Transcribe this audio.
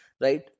right